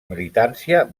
militància